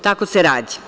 Tako se radi.